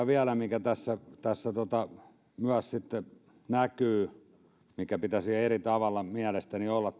vielä siihen asiaan mikä tässä myös sitten näkyy mikä pitäisi eri tavalla mielestäni olla